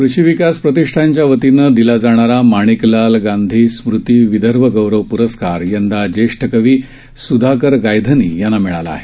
कृषी विकास प्रतिष्ठानच्या वतीनं दिला जाणारा माणिकलाल गांधी स्मृती विदर्भ गौरव प्रस्कार यंदा ज्येष्ठ कवी सुधाकर गायधनी यांना मिळाला आहे